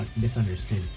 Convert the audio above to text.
misunderstood